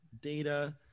data